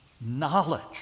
knowledge